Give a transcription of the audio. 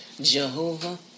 Jehovah